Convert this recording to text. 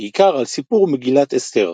בעיקר על סיפור מגילת אסתר.